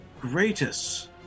greatest